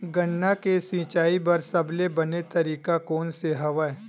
गन्ना के सिंचाई बर सबले बने तरीका कोन से हवय?